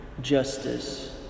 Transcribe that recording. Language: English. justice